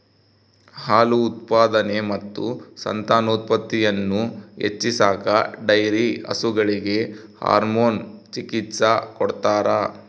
ಹಾಲು ಉತ್ಪಾದನೆ ಮತ್ತು ಸಂತಾನೋತ್ಪತ್ತಿಯನ್ನು ಹೆಚ್ಚಿಸಾಕ ಡೈರಿ ಹಸುಗಳಿಗೆ ಹಾರ್ಮೋನ್ ಚಿಕಿತ್ಸ ಕೊಡ್ತಾರ